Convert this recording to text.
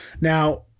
Now